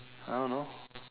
I don't know